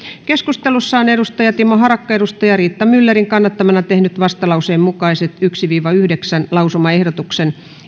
keskustelussa on timo harakka riitta myllerin kannattamana tehnyt vastalauseen yksi mukaiset ensimmäisen viiva yhdeksännen lausumaehdotuksen